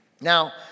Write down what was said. Now